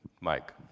Mike